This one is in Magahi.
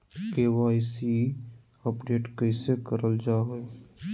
के.वाई.सी अपडेट कैसे करल जाहै?